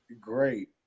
great